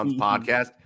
podcast